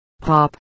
pop